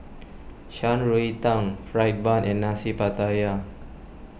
Shan Rui Tang Fried Bun and Nasi Pattaya